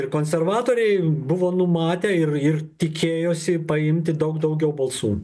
ir konservatoriai buvo numatę ir ir tikėjosi paimti daug daugiau balsų